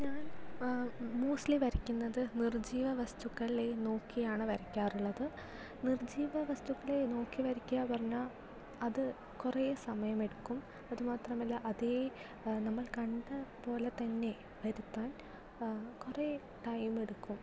ഞാൻ മോസ്റ്റ്ലി വരയ്ക്കുന്നത് നിർജീവ വസ്തുക്കളെ നോക്കിയാണ് വരയ്ക്കാറുള്ളത് നിർജീവ വസ്തുക്കളെ നോക്കി വരയ്ക്കുക പറഞ്ഞാൽ അത് കുറേ സമയമെടുക്കും അത് മാത്രമല്ല അതേ നമ്മൾ കണ്ട പോലെ തന്നെ വരുത്താൻ കുറേ ടൈം എടുക്കും